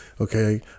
okay